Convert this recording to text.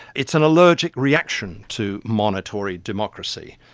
it's an allergic reaction to monitory democracy.